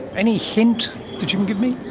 any hint that you can give me?